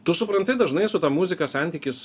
tu supranti dažnai su ta muzika santykis